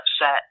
upset